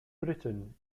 britain